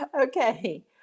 Okay